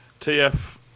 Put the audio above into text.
TF